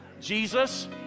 Jesus